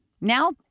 Now